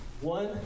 One